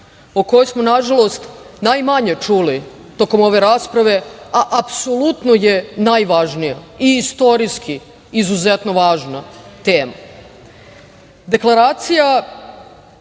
o kojoj smo nažalost najmanje čuli tokom ove rasprave, a apsolutno je najvažnija i istorijski izuzetno važna